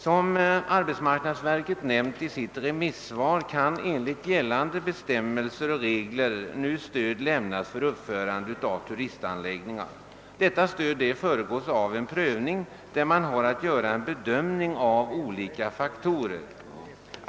Som arbetsmarknadsverket nämnt i sitt remissvar kan enligt gällande regler nu stöd lämnas för uppförande av turistanläggningar. Detta stöd föregås av en prövning, där man har att göra en bedömning av olika faktorer.